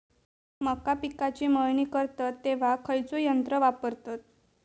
मका पिकाची मळणी करतत तेव्हा खैयचो यंत्र वापरतत?